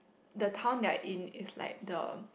the town their in is like the